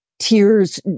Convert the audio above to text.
tears